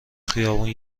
خیابون